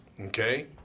okay